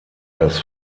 das